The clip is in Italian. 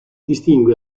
distingue